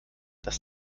dass